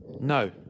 No